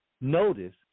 Notice